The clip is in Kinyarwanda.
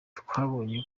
twabonye